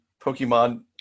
Pokemon